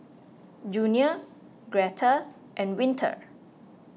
Junia Greta and Winter